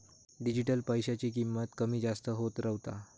digital पैशाची किंमत कमी जास्त होत रव्हता